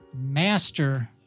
master